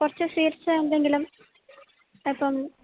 കുറച്ച് സ്വീറ്റ്സ് എന്തെങ്കിലും അപ്പം